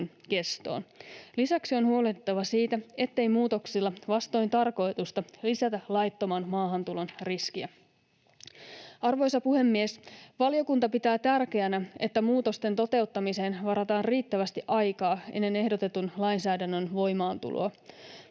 Lisäksi on huolehdittava siitä, ettei muutoksilla vastoin tarkoitusta lisätä laittoman maahantulon riskiä. Arvoisa puhemies! Valiokunta pitää tärkeänä, että muutosten toteuttamiseen varataan riittävästi aikaa ennen ehdotetun lainsäädännön voimaantuloa.